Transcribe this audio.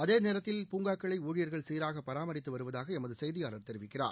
அதேநேரத்தில் பூங்காக்களைஊழியர்கள் சீராகபராமரித்துவருவதாகஎமதுசெய்தியாளர் தெரிவிக்கிறார்